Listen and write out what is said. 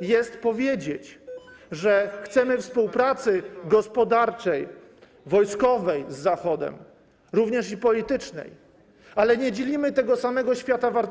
jest powiedzieć, że chcemy współpracy gospodarczej, wojskowej z Zachodem, również i politycznej, ale nie dzielimy tego samego świata wartości.